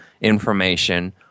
information